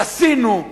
עשינו.